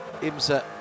IMSA